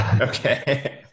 okay